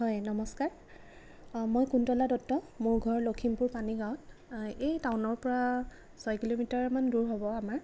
হয় নমস্কাৰ মই কুন্তলা দত্ত মোৰ ঘৰ লখিমপুৰ পানীগাঁৱত এই টাউনৰ পৰা ছয় কিলোমিটাৰমান দূৰ হ'ব আমাৰ